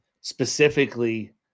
specifically